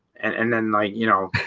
and and then like you know